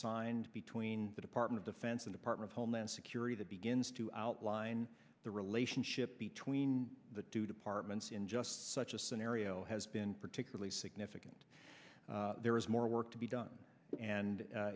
signed between the department of defense and department homeland security that begins to outline the relationship between the to departments in just such a scenario has been particularly significant there is more work to be done and